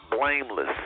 blameless